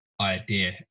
idea